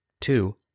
Two